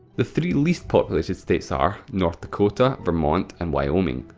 the three least populated states are north dakota, vermont and wyoming.